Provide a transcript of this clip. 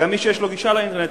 וגם מי שיש לו גישה לאינטרנט,